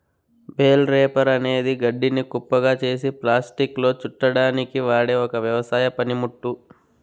bale wrapper అనేది గడ్డిని కుప్పగా చేసి ప్లాస్టిక్లో చుట్టడానికి వాడె ఒక వ్యవసాయ పనిముట్టు